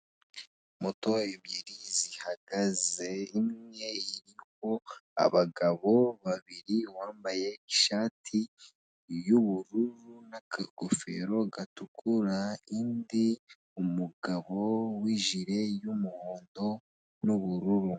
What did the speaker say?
Moto ebyiri zihagaze, imwe iriho abagabo babiri; wambaye ishati y'ubururu n'akagofero gatukura, indi umugabo w'ijire y'umuhondo n'ubururu.